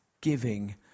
giving